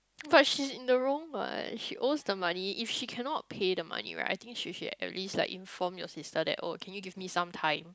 but she's in the wrong what she owes the money if she cannot pay the money right I think she should at least like inform your sister that oh can you give me some time